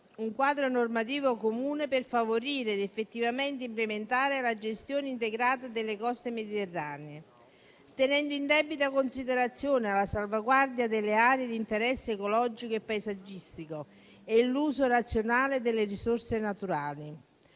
un quadro normativo comune per favorire ed effettivamente implementare la gestione integrata delle coste mediterranee, tenendo in debita considerazione la salvaguardia delle aree di interesse ecologico e paesaggistico e l'uso razionale delle risorse naturali.